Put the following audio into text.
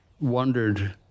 wondered